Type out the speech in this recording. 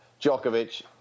Djokovic